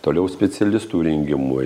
toliau specialistų rengimui